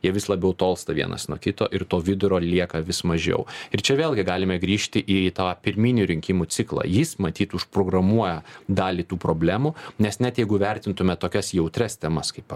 jie vis labiau tolsta vienas nuo kito ir to vidurio lieka vis mažiau ir čia vėlgi galime grįžti į tą pirminių rinkimų ciklą jis matyt užprogramuoja dalį tų problemų nes net jeigu vertintume tokias jautrias temas kaip